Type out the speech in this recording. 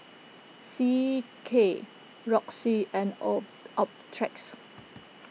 C K Roxy and O Optrex